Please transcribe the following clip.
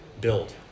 build